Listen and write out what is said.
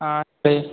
ಹಾಂ ಹೇಳಿ